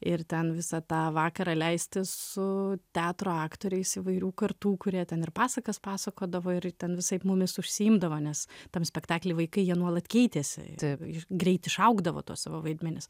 ir ten visą tą vakarą leisti su teatro aktoriais įvairių kartų kurie ten ir pasakas pasakodavo ir ten visaip mumis užsiimdavo nes tam spektakly vaikai jie nuolat keitėsi taip greit išaugdavo tuos savo vaidmenis